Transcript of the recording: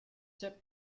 tip